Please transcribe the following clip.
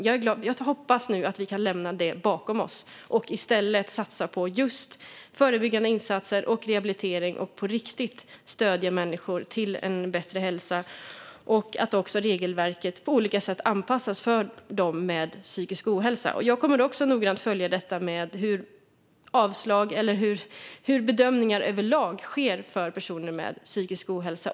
Jag hoppas att vi nu kan lämna detta bakom oss och i stället satsa på just förebyggande insatser och rehabilitering och på riktigt stödja människor till en bättre hälsa och att också regelverket på olika sätt anpassas för människor med psykisk ohälsa. Jag kommer också att noga följa hur bedömningar överlag sker av personer med psykisk ohälsa.